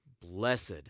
Blessed